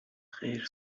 خیر